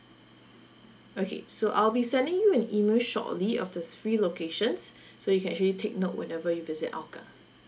okay so I'll be sending you an email shortly of these three locations so you can actually take note whenever you visit hougang